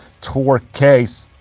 tour case.